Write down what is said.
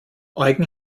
eugen